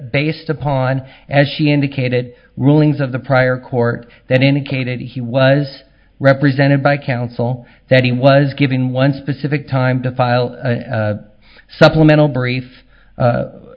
based upon as she indicated rulings of the prior court that indicated he was represented by counsel that he was giving one specific time to file a supplemental